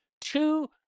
Two